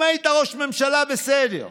אם היית ראש ממשלה, בסדר,